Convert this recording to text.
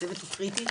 הצוות הוא קריטי.